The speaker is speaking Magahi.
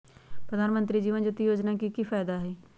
प्रधानमंत्री जीवन ज्योति योजना के की फायदा हई?